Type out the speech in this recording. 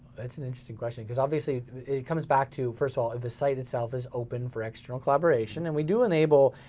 that's an interesting question cause obviously it comes back to, first of all if the site itself is open for external collaboration, and we do enable,